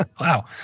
wow